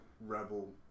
Rebel